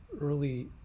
early